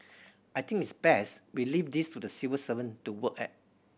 I think it's best we leave this to the civil servant to work at